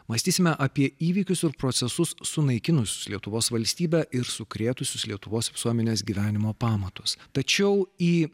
mąstysime apie įvykius ir procesus sunaikinusius lietuvos valstybę ir sukrėtusius lietuvos visuomenės gyvenimo pamatus tačiau į